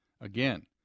again